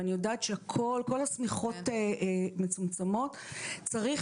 ואני יודעת שכל השמיכות מצומצמות - צריך